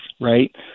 right